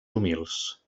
humils